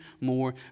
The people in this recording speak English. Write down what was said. more